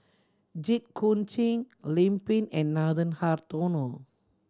Jit Koon Ch'ng Lim Pin and Nathan Hartono